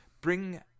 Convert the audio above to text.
bring